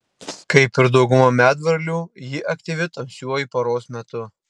kaip ir dauguma medvarlių ji aktyvi tamsiuoju paros metu